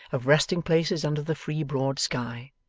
of resting-places under the free broad sky,